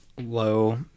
low